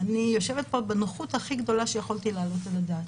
פה בנוחות הכי גדולה שיכולתי להעלות על הדעת.